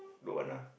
don't want lah